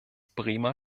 bremer